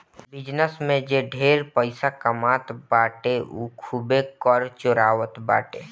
business में जे ढेर पइसा कमात बाटे उ खूबे कर चोरावत बाटे